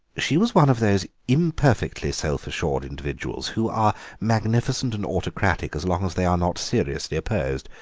she was one of those imperfectly self-assured individuals who are magnificent and autocratic as long as they are not seriously opposed.